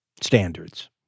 standards